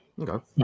Okay